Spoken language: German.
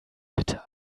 bitte